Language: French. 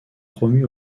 promu